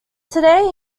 today